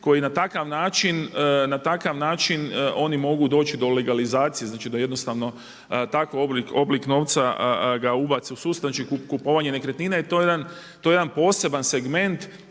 koji na takav način oni mogu doći do legalizacije znači do jednostavno takav oblik novca ga ubaci u sustav, znači kupovanje nekretnine. To je jedan poseban segment